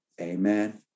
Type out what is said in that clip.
Amen